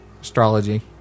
Astrology